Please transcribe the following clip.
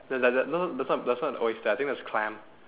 that that that that's not an oyster I think that's clam